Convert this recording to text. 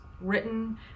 written